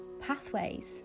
pathways